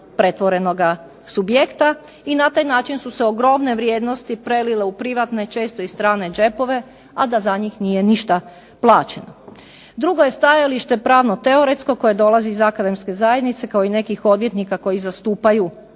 pretvorenoga subjekta i na taj način su se ogromne vrijednosti prelile u privatne, često i strane džepove a da za njih nije ništa plaćeno. Drugo je stajalište pravno teoretsko koje dolazi iz akademske zajednice kao i nekih odvjetnika koji zastupaju